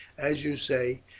as you say,